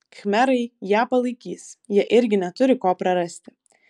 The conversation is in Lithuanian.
khmerai ją palaikys jie irgi neturi ko prarasti